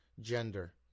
gender